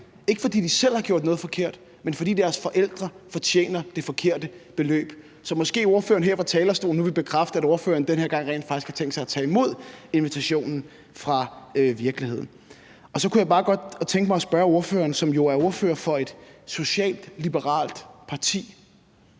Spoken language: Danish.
ikke fordi de selv har gjort noget forkert, men fordi deres forældre tjener det forkerte beløb. Så måske ordføreren nu her fra talerstolen vil bekræfte, at ordføreren rent faktisk denne gang har tænkt sig at tage imod invitationen fra virkeligheden. Så kunne jeg bare godt tænke mig at spørge ordføreren, som jo er ordfører for et socialliberalt parti,